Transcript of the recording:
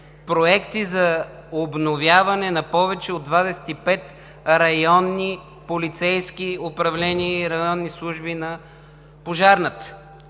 проекти за обновяване на повече от 25 районни полицейски управления и районни служби на „Пожарната“.